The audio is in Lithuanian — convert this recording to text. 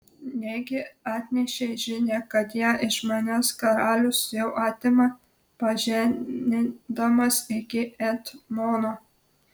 negi atnešei žinią kad ją iš manęs karalius jau atima pažemindamas iki etmono